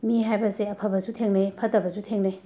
ꯃꯤ ꯍꯥꯏꯕꯁꯦ ꯑꯐꯕꯁꯨ ꯊꯦꯡꯅꯩ ꯐꯠꯇꯕꯁꯨ ꯊꯦꯡꯅꯩ